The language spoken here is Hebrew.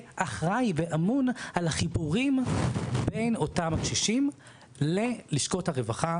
אחראי ואמון על החיבורים בין אותם הקשישים ללשכות הרווחה